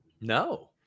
No